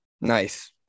Nice